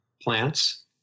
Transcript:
plants